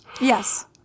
Yes